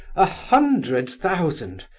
a hundred thousand!